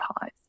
pause